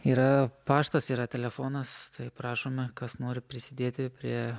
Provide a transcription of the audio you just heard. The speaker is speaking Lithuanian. yra paštas yra telefonas tai prašome kas nori prisidėti prie